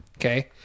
Okay